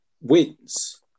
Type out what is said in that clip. wins